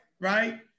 right